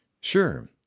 Sure